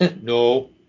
No